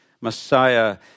Messiah